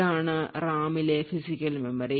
ഇതാണ് റാമിലെ physical memory